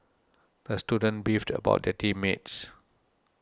the student beefed about the team mates